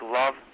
love